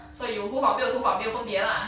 so 有头发没有头发没有分别 lah